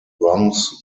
bronx